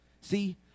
See